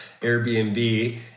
Airbnb